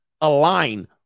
align